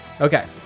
Okay